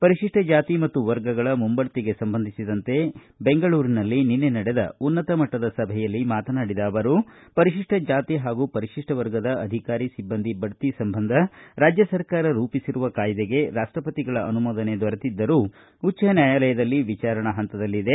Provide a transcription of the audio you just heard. ಪರಿಶಿಪ್ಟ ಜಾತಿ ಮತ್ತು ವರ್ಗಗಳ ಮುಂಬಡ್ತಿಗೆ ಸಂಬಂಧಿಸಿದಂತೆ ನಿನ್ನೆ ನಡೆದ ಉನ್ನತ ಮಟ್ಟದ ಸಭೆಯಲ್ಲಿ ಮಾತನಾಡಿದ ಅವರು ಪರಿಶಿಷ್ಟ ಜಾತಿ ಹಾಗೂ ಪರಿಶಿಷ್ಟ ವರ್ಗದ ಅಧಿಕಾರಿ ಸಿಬ್ಲಂದಿ ಬಡ್ತಿ ಸಂಬಂಧ ರಾಜ್ಯ ಸರ್ಕಾರ ರೂಪಿಸಿರುವ ಕಾಯ್ದೆಗೆ ರಾಷ್ಟಪತಿಗಳ ಅನುಮೋದನೆ ದೊರೆತಿದ್ದರೂ ಉಚ್ದ ನ್ನಾಯಲಯದಲ್ಲಿ ವಿಚಾರಣಾ ಪಂತದಲ್ಲಿದೆ